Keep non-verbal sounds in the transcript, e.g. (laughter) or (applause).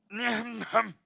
(coughs)